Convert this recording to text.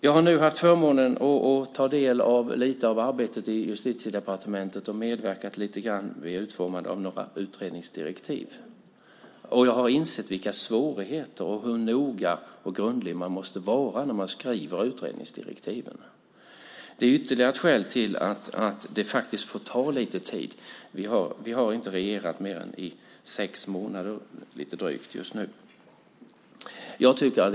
Jag har nu haft förmånen att ta del av lite av arbetet i Justitiedepartementet och medverkat lite grann vid utformandet av några utredningsdirektiv. Jag har insett vilka svårigheter det finns och hur noga och grundlig man måste vara när man skriver utredningsdirektiven. Det är ytterligare ett skäl till att det får ta lite tid. Vi har inte regerat mer än i lite drygt sex månader just nu.